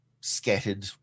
scattered